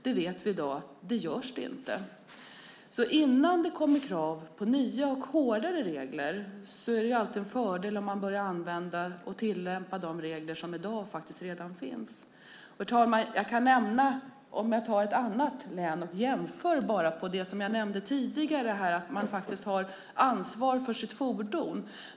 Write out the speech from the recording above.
Vi vet i dag att det inte är så. Innan det kommer krav på nya och hårdare regler är det alltid en fördel om man börjar använda och tillämpa de regler som redan finns i dag. Herr talman! Jag kan nämna ett annat län som jämförelse när det gäller det jag nämnde tidigare om att man har ansvar för sitt fordon.